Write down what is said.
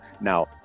Now